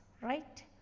right